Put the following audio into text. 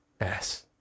Yes